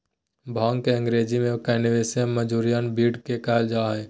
भांग के अंग्रेज़ी में कैनाबीस, मैरिजुआना, वीड भी कहल जा हइ